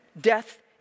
Death